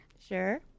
Sure